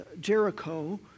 Jericho